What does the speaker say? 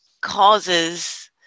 causes